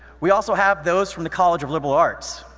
we also have those from the college of liberal arts.